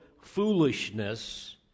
foolishness